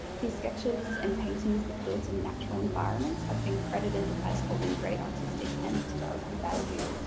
his sketches and paintings of built and natural environments have been credited as holding great artistic and historical value.